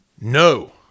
No